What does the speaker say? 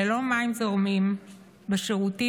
ללא מים זורמים בשירותים,